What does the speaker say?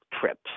trips